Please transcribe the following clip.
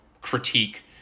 critique